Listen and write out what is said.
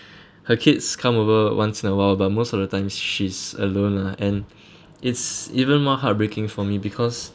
her kids come over once in awhile but most of the time she's alone lah and it's even more heartbreaking for me because